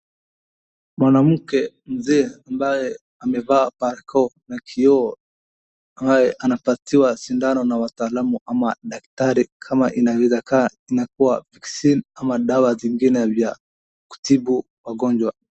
Mwanamke mzee ambaye amevaa barakoa na kioo ambaye anapatiwa sindano na watalamu ama daktari. kama inaweza kaa inakua vaccine ama dawa zingine vya kutibu wagonjwa.